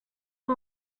are